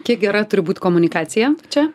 kiek gera turi būt komunikacija čia